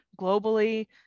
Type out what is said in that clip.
globally